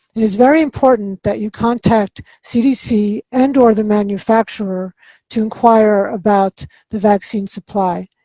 it is very important that you contact cdc and or the manufacturer to inquire about the vaccine supply.